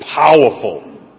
powerful